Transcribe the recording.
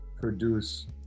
produce